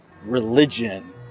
religion